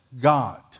God